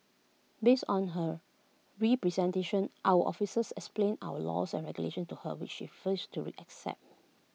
based on her representation our officers explained our laws and regulations to her which she refused to accept